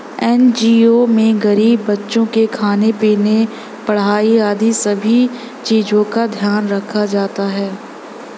NGO में गरीब बच्चों के खाने पीने, पढ़ाई आदि सभी चीजों का ध्यान रखा जाता है